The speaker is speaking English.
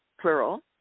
Plural